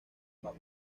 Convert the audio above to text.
papa